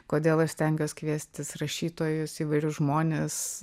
kodėl aš stengiuos kviestis rašytojus įvairius žmones